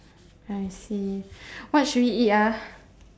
I see what should we eat ah